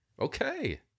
Okay